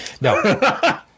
No